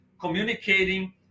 communicating